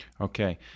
Okay